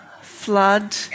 flood